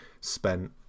spent